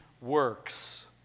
works